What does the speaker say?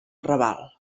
raval